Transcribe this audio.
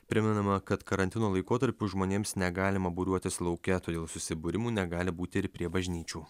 primenama kad karantino laikotarpiu žmonėms negalima būriuotis lauke todėl susibūrimų negali būti ir prie bažnyčių